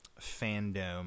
fandom